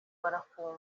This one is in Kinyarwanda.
barafungwa